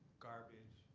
garbage,